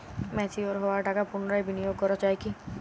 Mature হওয়া টাকা পুনরায় বিনিয়োগ করা য়ায় কি?